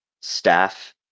staff